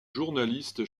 journaliste